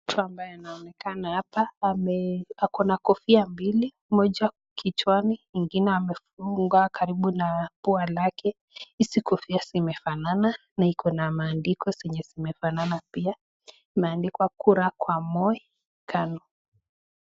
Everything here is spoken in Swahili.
Mtu ambaye anaonekana hapa ako na kofia mbili, moja kichwani, ingine amefunga karibu na pua lake. Hizi kofia zimefanana na iko na maandiko zenye zimefanana pia imeandikwa "kuw akwa Moi KANU".